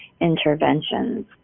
interventions